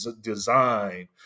design